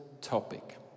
topic